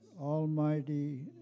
Almighty